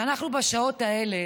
ואנחנו בשעות האלה,